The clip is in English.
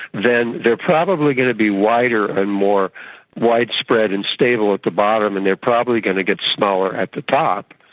then they are probably going to be wider and more widespread and stable at the bottom and they are properly going to get smaller at the top.